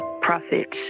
profits